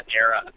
era